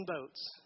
boats